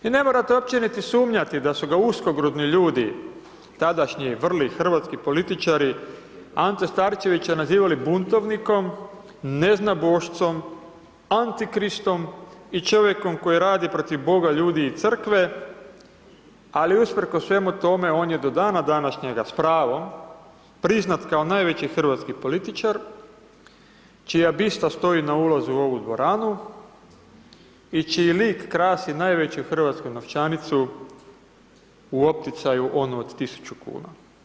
I ne morate uopće niti sumnjati da su ga uskogrudni ljudi, tadašnji vrli hrvatski političari, Ante Starčevića nazivali buntovnikom, neznabošcem, antikristom i čovjekom koji radi protiv Boga, ljudi i crkve, ali usprkos svemu tome on je do dana današnjeg s pravom priznat kao najveći hrvatski političar čija bista stoji na ulazu u ovu dvoranu i čiji lik krasi najveći hrvatsku novčanicu u opticaju, onu od 1000 kn.